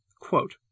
Quote